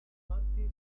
marty